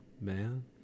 man